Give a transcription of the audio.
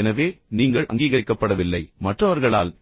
எனவே நீங்கள் செல்லுபடியாகவில்லை நீங்கள் அங்கீகரிக்கப்படவில்லை மற்றவர்களால்